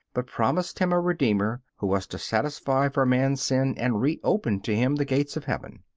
but promised him a redeemer, who was to satisfy for man's sin and reopen to him the gates of heaven.